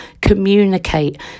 communicate